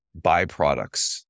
byproducts